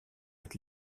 avec